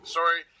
Sorry